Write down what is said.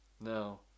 No